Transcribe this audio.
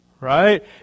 Right